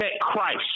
Christ